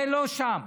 זה לא שם.